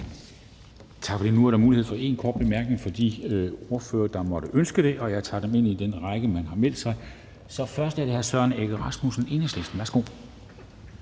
Tak for det. Nu er der mulighed for én kort bemærkning for de ordførere, der måtte ønske det, og jeg tager dem ind i den rækkefølge, de har meldt sig. Så det er først hr. Søren Egge Rasmussen, Enhedslisten. Værsgo.